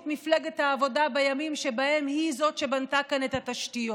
מפלגת העבודה בימים שבהם היא זאת שבנתה כאן את התשתיות,